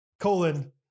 colon